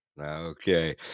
Okay